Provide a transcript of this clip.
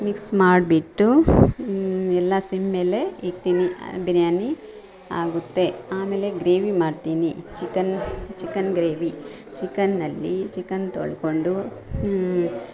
mix ಮಾಡ್ಬಿಟ್ಟು ಎಲ್ಲ ಸಿಮ್ಮೇಲೆ ಇಡ್ತೀನಿ ಬಿರಿಯಾನಿ ಆಗುತ್ತೆ ಆಮೇಲೆ ಗ್ರೇವಿ ಮಾಡ್ತೀನಿ ಚಿಕನ್ ಚಿಕನ್ ಗ್ರೇವಿ ಚಿಕನ್ಅಲ್ಲಿ ಚಿಕನ್ ತೊಳ್ಕೊಂಡು